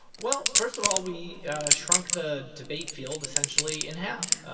well, first of all, we shrunk the debate field essentially in half.